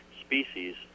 species